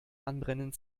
anbrennen